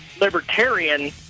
libertarian